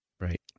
right